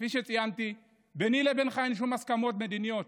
כפי שציינתי, ביני לבינך אין שום הסכמות מדיניות.